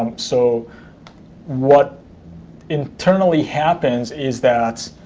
um so what internally happens is that